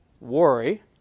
Worry